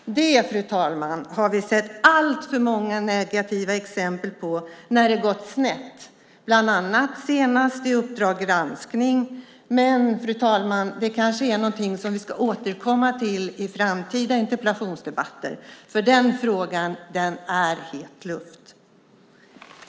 I det avseendet har vi, fru talman, sett alltför många exempel på att det gått snett - nu senast bland annat i Uppdrag granskning . Men, fru talman, det är kanske någonting som vi i framtida interpellationsdebatter ska återkomma till, för den frågan är hetluft.